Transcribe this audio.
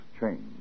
change